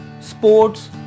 sports